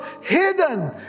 hidden